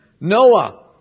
Noah